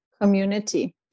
Community